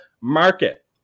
market